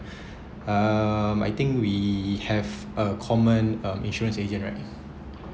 um I think we have a common um insurance agent right